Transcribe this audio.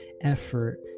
effort